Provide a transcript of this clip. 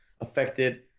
affected